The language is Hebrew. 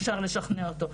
אפשר לשכנע אותו.